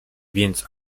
więc